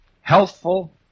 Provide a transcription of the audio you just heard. Healthful